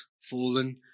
fallen